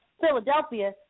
Philadelphia